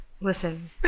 Listen